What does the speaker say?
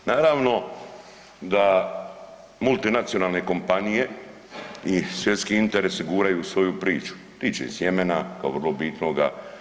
Naravno da multinacionalne kompanije i svjetski interesi guraju svoju priču tiče se sjemena kao vrlo bitnoga.